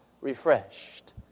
Refreshed